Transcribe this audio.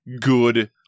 good